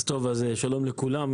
שלום לכולם.